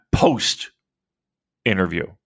post-interview